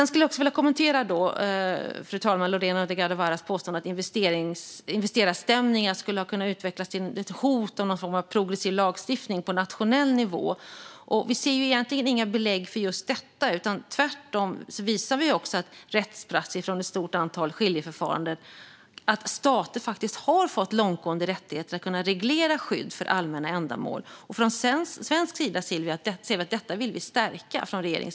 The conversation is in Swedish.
Jag skulle också vilja kommentera Lorena Delgado Varas påstående att investerarstämningar skulle kunna utvecklas till någon form av hot mot progressiv lagstiftning på nationell nivå. Vi ser egentligen inte några belägg för detta. Tvärtom visar rättspraxis från ett stort antal skiljeförfaranden att stater har fått långtgående rättigheter att kunna reglera skydd för allmänna ändamål. Från den svenska regeringens sida ser vi att vi vill stärka detta.